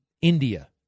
India